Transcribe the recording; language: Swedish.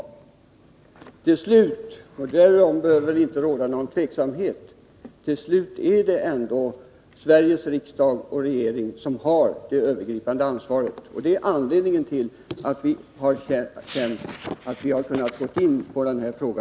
I sista hand är det ändå — därom bör det väl inte råda någon tveksamhet — Sveriges riksdag och regering som har det övergripande ansvaret. Det är anledningen till att vi så ingående har kunnat behandla denna fråga.